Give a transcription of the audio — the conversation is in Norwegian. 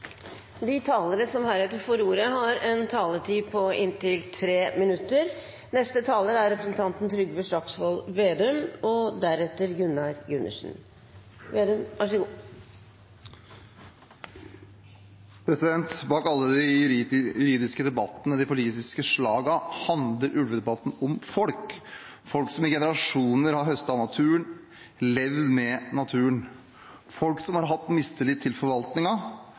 De talere som heretter får ordet, har en taletid på inntil 3 minutter. Bak alle de juridiske debattene, de politiske slagene, handler ulvedebatten om folk – folk som i generasjoner har høstet av naturen og levd med naturen, folk som har hatt mistillit til